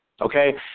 Okay